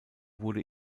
wurde